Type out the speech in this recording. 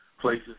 places